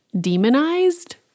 demonized